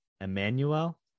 Emmanuel